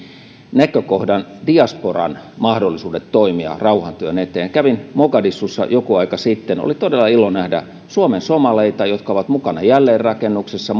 näkökohdan diasporan mahdollisuudet toimia rauhantyön eteen kävin mogadishussa joku aika sitten oli todella ilo nähdä suomensomaleita jotka ovat mukana jälleenrakennuksessa